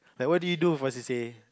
like what do you do for C_C_A